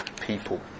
People